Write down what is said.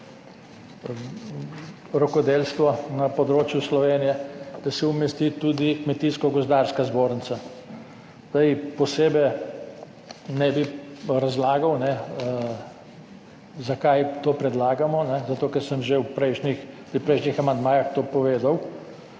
rokodelstvo na področju Slovenije, da se umesti tudi Kmetijsko gozdarska zbornica. Zdaj posebej ne bi razlagal zakaj to predlagamo, zato ker sem že pri prejšnjih amandmajih to povedal.